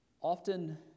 often